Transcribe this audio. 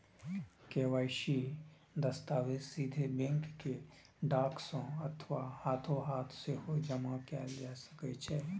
KYC दस्तावेज सीधे bank कें डाक सं अथवा हाथोहाथ सेहो जमा कैल जा सकै छै